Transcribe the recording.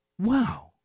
wow